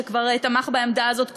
שכבר תמך בעמדה הזאת קודם,